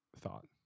thought